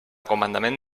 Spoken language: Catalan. comandament